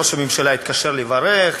ראש הממשלה יתקשר לברך,